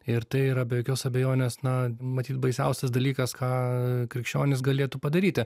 ir tai yra be jokios abejonės na matyt baisiausias dalykas ką krikščionys galėtų padaryti